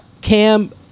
cam